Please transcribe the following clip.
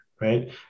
right